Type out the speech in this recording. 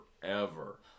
forever